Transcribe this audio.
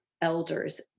elders